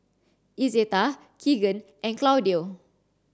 Izetta Kegan and Claudio